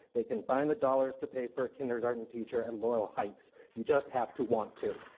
they can find the dollars to pay for a kindergarten teacher at loyal heights you just have to want to.